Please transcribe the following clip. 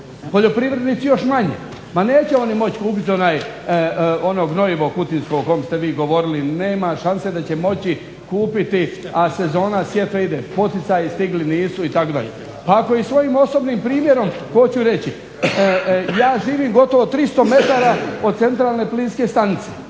Poljoprivrednici još manje. Ma neće oni moći kupiti ono gnojivo kutinsko o kom ste vi govorili, nema šanse da će moći kupiti, a sezona sjetve ide. Poticaji stigli nisu itd. Pa ako i svojim osobnim primjerom hoću reći ja živim gotovo 300 metara od centralne plinske stanice.